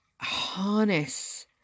harness